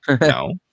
no